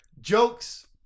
jokes